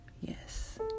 Yes